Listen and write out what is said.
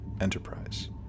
Enterprise